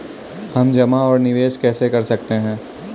हम जमा और निवेश कैसे कर सकते हैं?